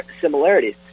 similarities